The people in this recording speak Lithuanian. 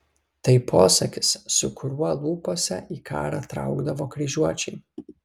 tai posakis su kuriuo lūpose į karą traukdavo kryžiuočiai